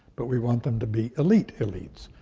but we want them to be elite elites,